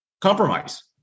Compromise